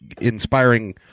Inspiring